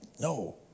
no